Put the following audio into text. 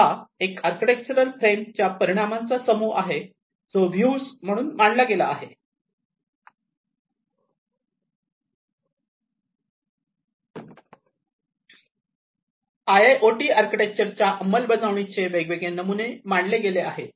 हा एक architectural frame च्या परिणामांचा समूह आहे जो व्हिवज म्हणून मांडला गेला आहे आय आय ओ टी आर्किटेक्चरच्या अंमलबजावणीचे वेगवेगळे नमुने मांडले गेले आहेत